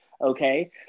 okay